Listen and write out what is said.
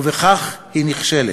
ובכך היא נכשלת.